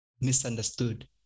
misunderstood